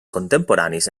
contemporanis